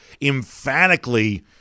emphatically